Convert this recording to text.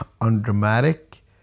undramatic